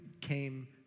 came